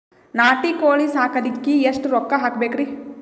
ನಾಟಿ ಕೋಳೀ ಸಾಕಲಿಕ್ಕಿ ಎಷ್ಟ ರೊಕ್ಕ ಹಾಕಬೇಕ್ರಿ?